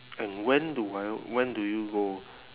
and when do I when do you go